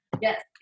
yes